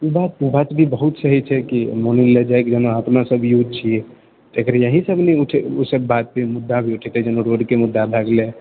ई बात भी बहुत सही छै कि मानि लेल जाए कि जेना अपना सब यूथ छिऐ तऽ अगर यही सब ने ओ सब बातके मुद्दा उठेतै जेना रोडके मुद्दा भए गेलै